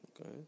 Okay